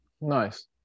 Nice